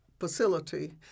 facility